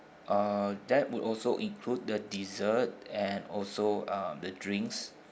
uh that would also include the dessert and also uh the drinks